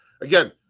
again